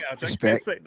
Respect